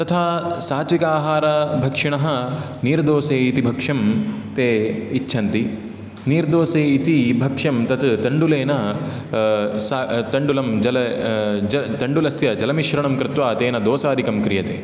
तथा सात्त्विक आहार भक्षिणः नीर् दोसे इति भक्ष्यं ते इच्छन्ति नीर् दोसे इति भक्ष्यं तण्डुलेन तण्डुलं जल तण्डुलस्य जल मिश्रणं कृवा नीर् दोसा क्रियते